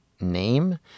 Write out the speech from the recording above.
name